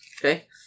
Okay